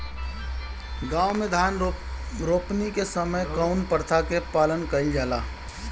गाँव मे धान रोपनी के समय कउन प्रथा के पालन कइल जाला?